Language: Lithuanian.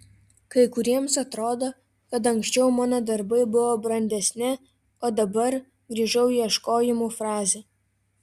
kai kuriems atrodo kad anksčiau mano darbai buvo brandesni o dabar grįžau į ieškojimų fazę